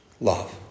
Love